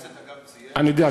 יו"ר הכנסת ציין --- אני יודע,